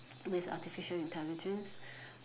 with artificial intelligence